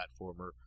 platformer